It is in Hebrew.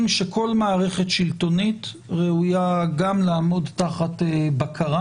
שכל מערכת שלטונית ראויה גם לעמוד תחת בקרה,